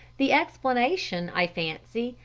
the explanation, i fancy,